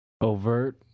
overt